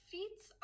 Feats